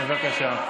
בבקשה.